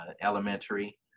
elementary